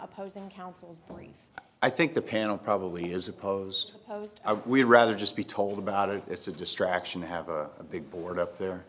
opposing counsel's brief i think the panel probably is opposed to host i would rather just be told about it it's a distraction i have a big board up there